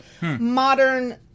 Modern